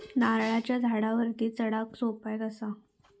नारळाच्या झाडावरती चडाक सोप्या कसा?